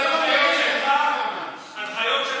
חיכיתי שתקרא לאזרחי ישראל לשמור על ההנחיות,